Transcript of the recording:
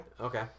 okay